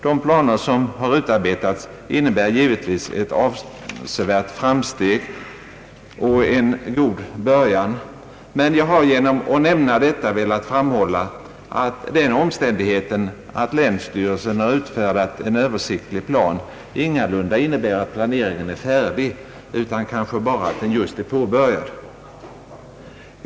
De planer som har utarbetats innebär givetvis ett avsevärt framsteg och en god början, men jag har genom att nämna detta velat framhålla att den omständigheten att länsstyrelsen utfärdat en översiktlig plan ingalunda innebär att planeringen är färdig utan kanske bara att den just är påbörjad.